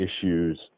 issues